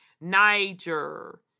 Niger